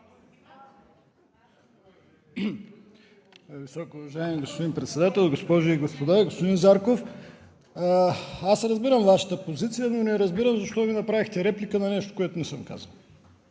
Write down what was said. Високоуважаеми господин Председател, госпожи и господа! Господин Зарков, разбирам Вашата позиция, но не разбирам защо Вие направихте реплика на нещо, което не съм казал.